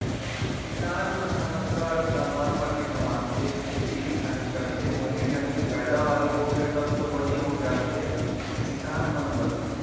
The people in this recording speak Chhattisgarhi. किसान मन ह अतका अतका मर मर के कमाथे खेती किसानी करथे बने ढंग ले पैदावारी होगे तब तो बने हो जाथे किसान मन बर